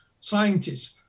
scientists